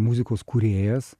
muzikos kūrėjas